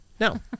No